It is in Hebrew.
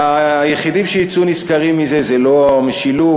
היחידים שיצאו נשכרים מזה זה לא המשילות